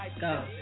go